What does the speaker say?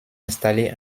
installé